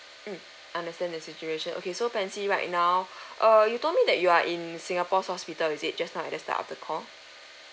mm understand the situation okay so pansy right now err you told me that you are in singapore's hospital is it just now at the start of the call